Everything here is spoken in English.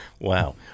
Wow